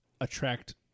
attract